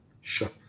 sure